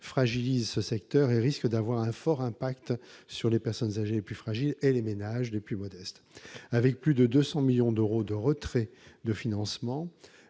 fragilise ce secteur et risque d'avoir un fort impact sur les personnes âgées les plus fragiles et les ménages les plus modestes. Avec plus de 200 millions d'euros de retraits de financement,